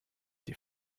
die